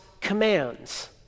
commands